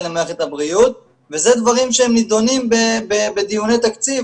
למערכת הבריאות ואלה דברים שנידונים בדיוני תקציב,